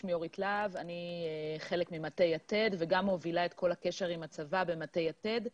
אני חלק ממטה יתד וגם מובילה את כל הקשר עם הצבא במטה יתד.